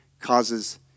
causes